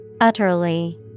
Utterly